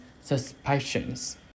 suspicions